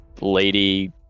lady